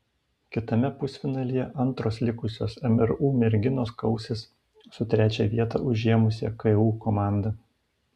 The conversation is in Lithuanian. kitame pusfinalyje antros likusios mru merginos kausis su trečią vietą užėmusią ku komanda